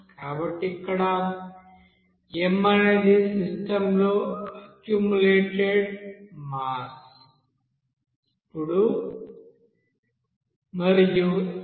కాబట్టి ఇక్కడ m అనేది సిస్టంలో అక్యుములేటెడ్ మాస్ మరియు m